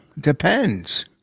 Depends